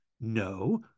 No